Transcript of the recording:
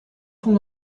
pont